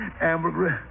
ambergris